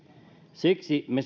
siksi me